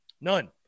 None